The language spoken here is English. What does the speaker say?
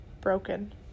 broken